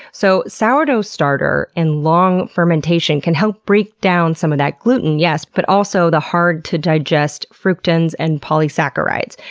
so, sourdough starter and long fermentation can help breakdown some of that gluten, yes, but also the hard-to-digest fructans and polysaccharides,